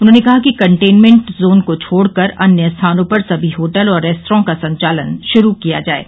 उन्होंने कहा कि कंटेनमेंट जोन को छोड़कर अन्य स्थानों पर सभी होटल और रेस्टोरेंट का संचालन शुरू किया जाये